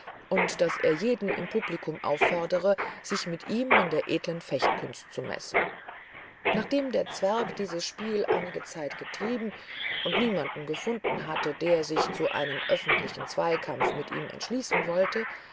und daß er jeden im publikum auffordere sich mit ihm in der edlen fechtkunst zu messen nachdem der zwerg dieses spiel einige zeit getrieben und niemanden gefunden hatte der sich zu einem öffentlichen zweikampfe mit ihm entschließen wollte